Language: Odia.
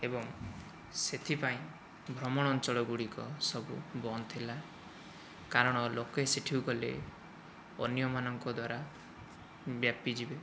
ଏବଂ ସେଥିପାଇଁ ଭ୍ରମଣ ଅଞ୍ଚଳ ଗୁଡ଼ିକ ସବୁ ବନ୍ଦ ଥିଲା କାରଣ ଲୋକେ ସେଠିକୁ ଗଲେ ଅନ୍ୟମାନଙ୍କ ଦ୍ୱାରା ବ୍ୟାପି ଯିବେ